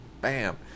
bam